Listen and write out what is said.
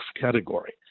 category